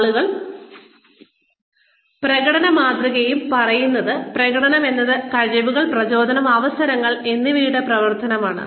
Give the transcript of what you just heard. ആളുകളും പ്രകടന മാതൃകയും പറയുന്നത് പ്രകടനം എന്നത് കഴിവുകൾ പ്രചോദനം അവസരങ്ങൾ എന്നിവയുടെ പ്രവർത്തനമാണ്